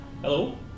Hello